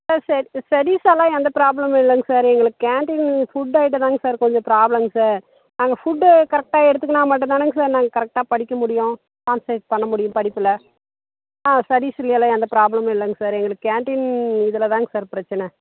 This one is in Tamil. சார் ஸ்டெ ஸ்டெடிஸெல்லாம் எந்த பிராப்ளமும் இல்லைங்க சார் எங்களுக்கு கேன்டீன் ஃபுட் ஐட்டம் தாங்க சார் கொஞ்சம் பிராப்ளங்க சார் நாங்கள் ஃபுட்டு கரெக்டாக எடுத்துக்குன்னா மட்டும் தானுங்க சார் நாங்கள் கரெக்டாக படிக்க முடியும் கான்ஸ்ரேட் பண்ண முடியும் படிப்பில் ஸ்டெடிஸ்லயெல்லாம் எந்த பிராப்ளமும் இல்லைங்க சார் எங்களுக்கு கேன்டீன் இதில் தாங்க சார் பிரச்சனை